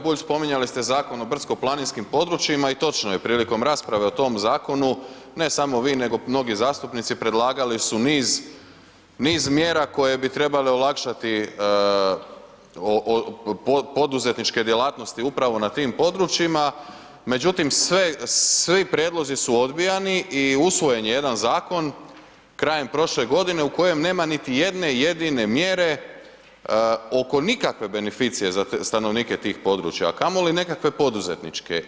Kolega Bulj, spominjali ste Zakon o brdsko-planinskim područjima i točno je, prilikom rasprave o tom zakonu, ne samo vi nego mnogi zastupnici predlagali su niz mjera koje bi trebale olakšati poduzetničke djelatnosti upravo na tim područjima, međutim svi prijedlozi su odbijani i usvojen je jedan zakon krajem prošle godine u kojem nema niti jedne jedine mjere oko nikakve beneficije za stanovnike tih područja, a kamoli nekakve poduzetničke.